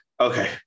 okay